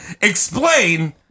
explain